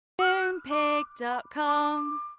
Moonpig.com